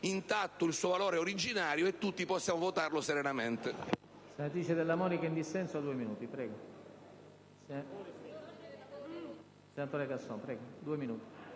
intatto il suo valore originario e tutti noi possiamo votarlo serenamente.